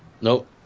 Nope